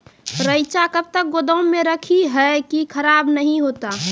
रईचा कब तक गोदाम मे रखी है की खराब नहीं होता?